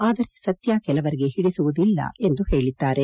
ಆದರೆ ಸತ್ಯ ಕೆಲವರಿಗೆ ಹಿಡಿಸುವುದಿಲ್ಲ ಎಂದು ಹೇಳಿದ್ದಾರೆ